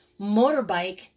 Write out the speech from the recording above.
motorbike